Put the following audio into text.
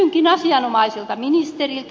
kysynkin asianomaiselta ministeriltä